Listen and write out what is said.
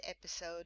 episode